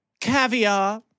Caviar